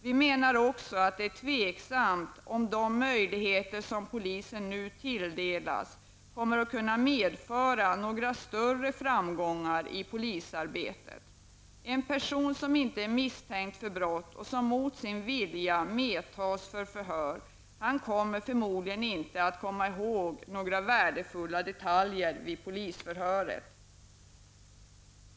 Vi menar även att det är tveksamt om dessa möjligheter som polisen nu tilldelas, kommer att kunna medföra några större framgångar i polisarbetet. En person som inte är misstänkt för brott och som mot sin vilja medtas för förhör, han kommer förmodligen inte att komma ihåg några värdefulla detaljer vid polisförhöret.